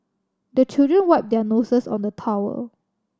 the children wipe their noses on the towel